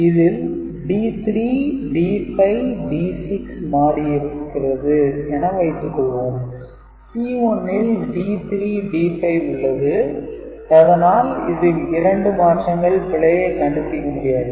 இதில் D3 D5 D6 மாறியிருக்கிறது என வைத்துக் கொள்வோம் C1 ல் D3 D5 உள்ளது அதனால் இதில் இரண்டு மாற்றங்கள் பிழையை கண்டுபிடிக்க முடியாது